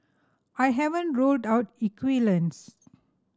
I haven't ruled out equivalence